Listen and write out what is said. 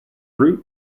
route